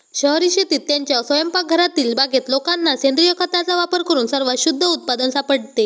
शहरी शेतीत, त्यांच्या स्वयंपाकघरातील बागेत लोकांना सेंद्रिय खताचा वापर करून सर्वात शुद्ध उत्पादन सापडते